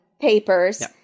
papers